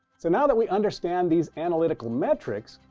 so now that we understand these analytical metrics,